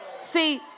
See